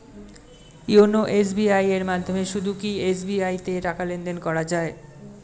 YONO SBI এর মাধ্যমে শুধুই কি এস.বি.আই তে টাকা লেনদেন করা যায়?